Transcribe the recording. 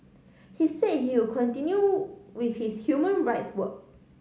he say he would continue with his human rights work